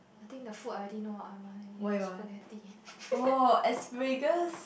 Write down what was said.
I think the food I already know what I want already I want spaghetti